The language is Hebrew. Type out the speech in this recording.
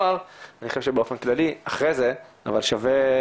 שבאופן כללי אחרי זה שווה,